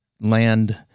land